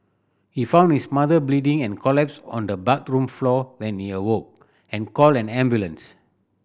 he found his mother bleeding and collapsed on the bathroom floor when he awoke and called an ambulance